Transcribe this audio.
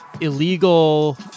illegal